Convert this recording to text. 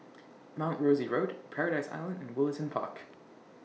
Mount Rosie Road Paradise Island and Woollerton Park